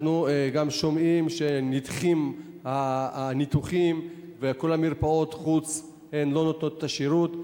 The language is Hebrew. אנחנו גם שומעים שנדחים הניתוחים וכל מרפאות החוץ לא נותנות את השירות.